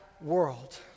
world